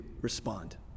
respond